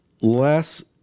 less